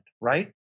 right